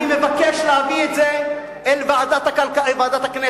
אני מבקש להביא את זה לוועדת הכנסת,